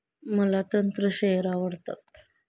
मला तंत्र शेअर आवडतात